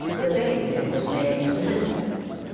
the baby was named elizabeth,